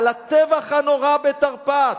על הטבח הנורא בתרפ"ט,